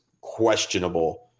questionable